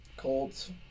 Colts